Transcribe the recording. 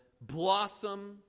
blossom